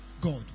God